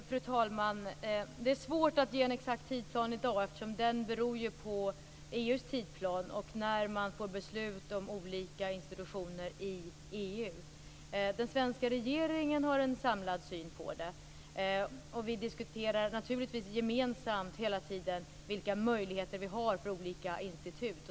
Fru talman! Det är svårt att ge en exakt tidsplan i dag eftersom den beror på EU:s tidsplan och när man får beslut om olika institutioner i EU. Den svenska regeringen har en samlad syn. Vi diskuterar naturligtvis hela tiden gemensamt vilka möjligheter vi har att få olika institut.